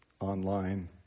online